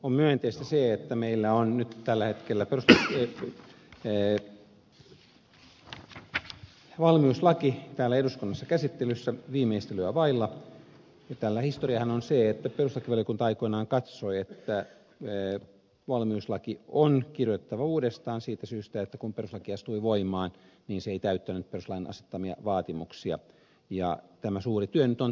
on myönteistä se että meillä on nyt tällä hetkellä valmiuslaki täällä eduskunnassa käsittelyssä viimeistelyä vailla ja historiahan on tällä se että perustuslakivaliokunta aikoinaan katsoi että valmiuslaki on kirjoitettava uudestaan siitä syystä että kun perustuslaki astui voimaan niin se ei täyttänyt perustuslain asettamia vaatimuksia ja tämä suuri työ nyt on tehty